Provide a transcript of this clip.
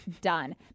done